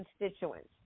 constituents